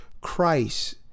Christ